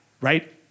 right